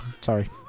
Sorry